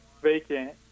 vacant